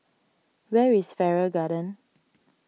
where is Farrer Garden